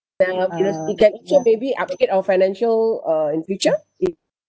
uh it has it can actual maybe upgrade our financial uh in future if